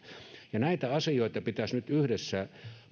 näitä asioita pitäisi nyt yhdessä